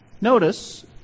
Notice